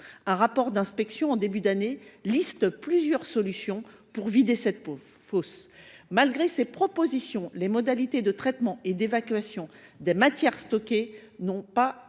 Un rapport d’inspection préparé en début d’année énumère plusieurs solutions pour vider cette fosse. Malgré ces propositions, les modalités de traitement et d’évacuation des matières stockées n’ont pas